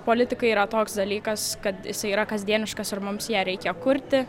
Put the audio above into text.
politika yra toks dalykas kad jisai yra kasdieniškas ir mums ją reikia kurti